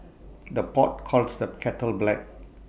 the pot calls the kettle black